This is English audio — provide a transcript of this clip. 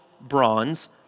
bronze